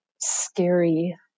scary